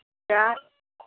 क्या